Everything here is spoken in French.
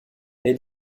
est